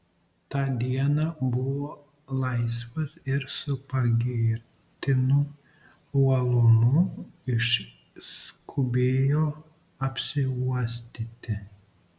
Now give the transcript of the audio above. tą dieną buvo laisvas ir su pagirtinu uolumu išskubėjo apsiuostyti